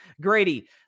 Grady